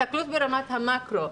הסתכלות ברמת המקרו.